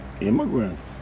immigrants